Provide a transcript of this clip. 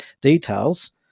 details